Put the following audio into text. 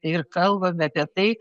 ir kalbame apie tai